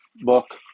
book